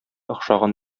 охшаган